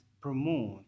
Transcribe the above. promote